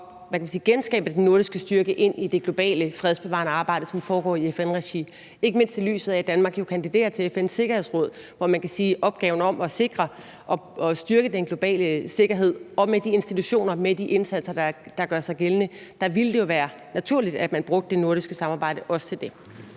at genskabe den nordiske styrke kan bidrage til at styrke det globale fredsbevarende arbejde, som foregår i FN-regi, ikke mindst i lyset af at Danmark jo kandiderer til FN's Sikkerhedsråd, hvor man kan sige, at i forhold til opgaven med at sikre og styrke den globale sikkerhed med de institutioner og med de indsatser, der gør sig gældende, ville det jo være naturligt, at man også brugte det nordiske samarbejde til det.